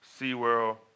SeaWorld